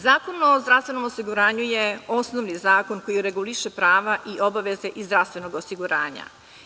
Zakon o zdravstvenom osiguranju je osnovni zakon koji reguliše prava i obaveze iz zdravstvenog osiguranja.